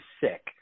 sick